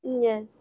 Yes